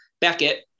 Beckett